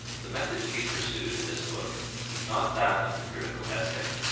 the method to be pursued in this book is not that of the critical essay.